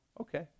okay